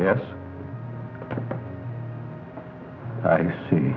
yes i see